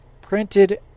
printed